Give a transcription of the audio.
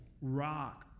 rock